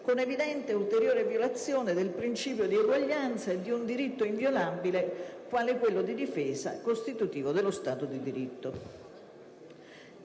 con evidente ulteriore violazione del principio di uguaglianza e di un diritto inviolabile, quale quello di difesa, costitutivo dello Stato di diritto.